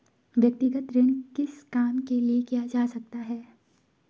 व्यक्तिगत ऋण किस काम के लिए किया जा सकता है?